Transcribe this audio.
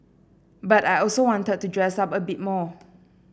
but I also wanted to dress up a bit more